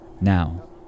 Now